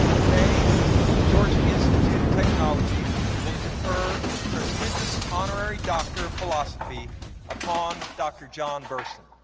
today the georgia institute of technology will confer its prestigious honorary doctor of philosophy upon dr. john burson.